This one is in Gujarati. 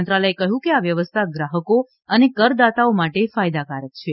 મંત્રાલયે કહ્યું કે આ વ્યવસ્થા ગ્રાહકો અને કરદાતાઓ માટે ફાયદાકારક છે